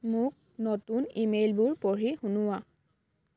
মোক নতুন ই মেইলবোৰ পঢ়ি শুনোৱা